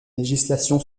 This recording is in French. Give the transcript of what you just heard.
législation